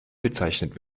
bezeichnet